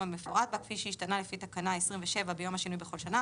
המפורט בה כפעי שהשתנה לפי תקנה 27 ביום השינוי בכל שנה